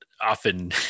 often